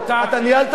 נא לשבת.